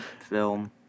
Film